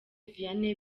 vianney